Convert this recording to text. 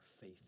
faith